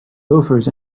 loafers